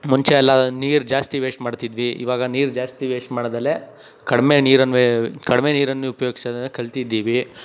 ಮುಂಚೆ ಎಲ್ಲ ನೀರು ಜಾಸ್ತಿ ವೇಸ್ಟ್ ಮಾಡ್ತಿದ್ವಿ ಇವಾಗ ನೀರು ಜಾಸ್ತಿ ವೇಸ್ಟ್ ಮಾಡದಲೇ ಕಡಿಮೆ ನೀರನ್ನು ಕಡಿಮೆ ನೀರನ್ನು ಉಪಯೋಗಿಸೋದನ್ನ ಕಲ್ತಿದ್ದೀವಿ